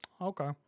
okay